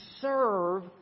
serve